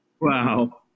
Wow